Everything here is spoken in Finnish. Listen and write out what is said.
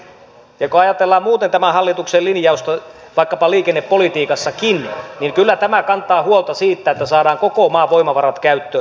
ja kun ajatellaan muuten tämän hallituksen linjausta vaikkapa liikennepolitiikassakin niin kyllä tämä kantaa huolta siitä että saadaan koko maan voimavarat käyttöön